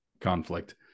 conflict